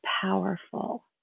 powerful